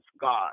God